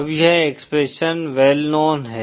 अब यह expression well known है